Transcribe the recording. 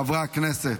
חברי הכנסת,